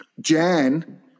Jan